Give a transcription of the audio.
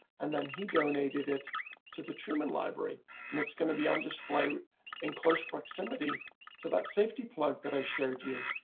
and then he donated it to the truman library and it's going to be on display in close proximity to that safety plug that i showed you,